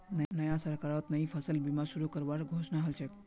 नया सरकारत नई फसल बीमा शुरू करवार घोषणा हल छ